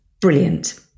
brilliant